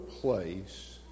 place